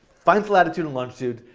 finds latitude and longitude,